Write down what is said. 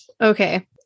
Okay